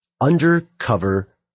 undercover